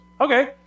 okay